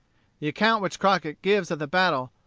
the account which crockett gives of the battle,